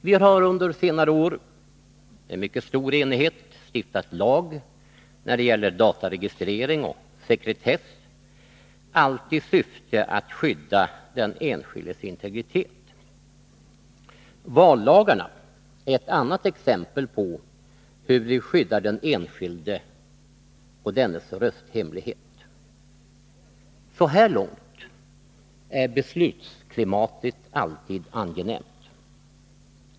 Vi har under senare år med mycket stor enighet stiftat lag när det gäller dataregistrering och sekretess, allt i syfte att skydda den enskildes integritet. Vallagarna är ett annat exempel på hur vi skyddar den enskilde och dennes rösthemlighet. Så här långt är beslutsklimatet alltid angenämt.